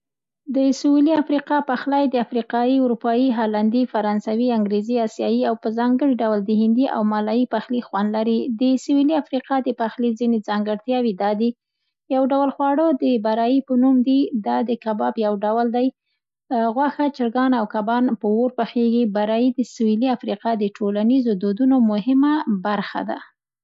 د سویلي افریقا پخلی د افریقایي، اروپایي، هالندي، فرانسوي، انګریزي، آسیايي او په ځانګړي ډول د هندي او مالایي پخلي خوند لري. د سویلي افریقا د پخلي ځینې ځانګړتیاوې دا دي. یو ډول خواړه د برايي په نوم دي، دا د کباب یو ډول دی، غوښه، چرګان او کبان په اور پخېږي. برايي د سویلي افریقا د ټولنیزو دودنو مهمه برخه ده.